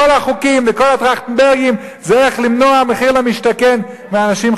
כל החוקים וכל הטרכטנברגים זה איך למנוע מחיר למשתכן מאנשים חרדים.